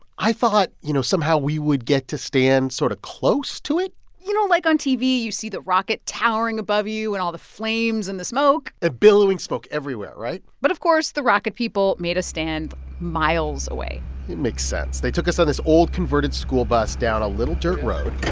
i thought, you know, somehow we would get to stand sort of close to it you know, like on tv, you see the rocket towering above you and all the flames and the smoke a billowing smoke everywhere right? but of course, the rocket people made us stand miles away it makes sense. they took us to this old converted school bus down a little dirt road